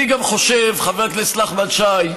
אני גם חושב, חבר הכנסת נחמן שי,